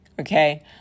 okay